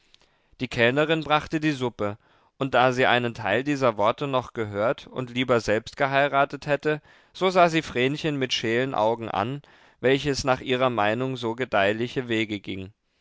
die kellnerin brachte die suppe und da sie einen teil dieser worte noch gehört und lieber selbst geheiratet hätte so sah sie vrenchen mit scheelen augen an welches nach ihrer meinung so gedeihliche wege ging